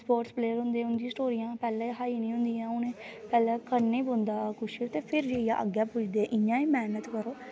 sports player उं'दियां स्टोरियां पैह्लें हाई निं होंदियां पैह्लें करना इ पौंदा किश फिर अग्गें जाइयै पुजदे इ'यां गै मैह्नत करो